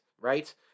right